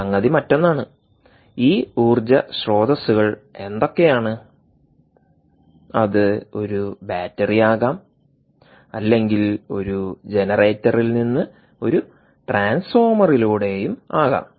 സംഗതി മറ്റൊന്നാണ് ഈ ഊർജ്ജ സ്രോതസ്സുകൾ എന്തൊക്കെയാണ് അത് ഒരു ബാറ്ററിയാകാം അല്ലെങ്കിൽ ഒരു ജനറേറ്ററിൽ നിന്ന് ഒരു ട്രാൻസ്ഫോർമറിലൂടെയും ആകാം